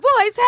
boy's